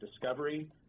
discovery